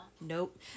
Nope